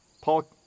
Paul